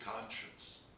conscience